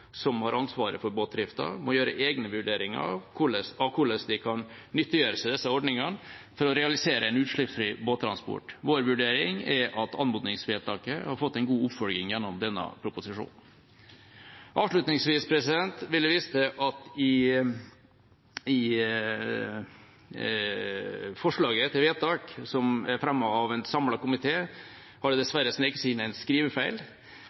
som har ansvaret for båtdriften, må gjøre egne vurderinger av hvordan de kan nyttiggjøre seg disse ordningene for å realisere en utslippsfri båttransport. Vår vurdering er at anmodningsvedtaket har fått en god oppfølging gjennom denne proposisjonen. Avslutningsvis vil jeg vise til at i forslaget til vedtak som er fremmet av en samlet komité, har det dessverre sneket seg inn en skrivefeil.